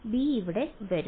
B ഇവിടെ വരും